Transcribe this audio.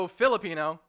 filipino